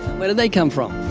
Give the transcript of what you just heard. where did they come from?